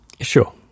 Sure